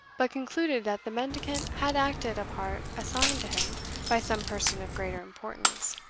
but concluded that the mendicant had acted a part assigned to him by some person of greater importance.